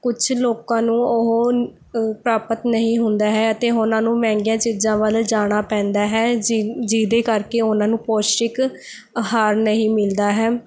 ਕੁਛ ਲੋਕਾਂ ਨੂੰ ਉਹ ਪ੍ਰਾਪਤ ਨਹੀਂ ਹੁੰਦਾ ਹੈ ਅਤੇ ਉਹਨਾਂ ਨੂੰ ਮਹਿੰਗੀਆਂ ਚੀਜ਼ਾਂ ਵੱਲ ਜਾਣਾ ਪੈਂਦਾ ਹੈ ਜਿਹ ਜਿਹਦੇ ਕਰਕੇ ਉਹਨਾਂ ਨੂੰ ਪੌਸ਼ਟਿਕ ਆਹਾਰ ਨਹੀਂ ਮਿਲਦਾ ਹੈ